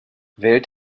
wählt